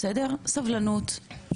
סבלנות בבקשה.